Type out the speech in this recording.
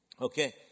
Okay